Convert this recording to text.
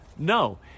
No